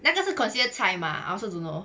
那个是 considered 菜 mah I also don't know